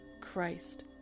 Christ